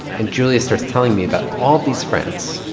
and julia starts telling me about all these friends,